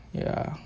ya